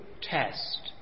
test